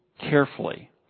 carefully